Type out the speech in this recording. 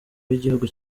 w’igihugu